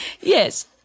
Yes